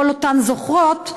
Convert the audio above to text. כל אותן "זוכרות",